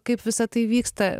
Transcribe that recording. kaip visa tai vyksta